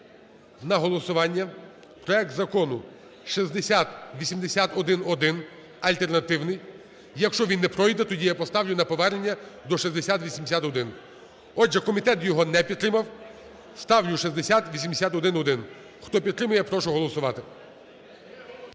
на голосування проект Закону 6081-1, альтернативний. Якщо він не пройде, тоді я поставлю на повернення до 6081. Отже, комітет його не підтримав. Ставлю 6081-1. Хто підтримує, прошу голосувати.